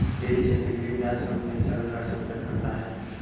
dairy क्षेत्र के लिये ब्याज सबवेंशन रोजगार मे मदद करता है